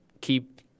keep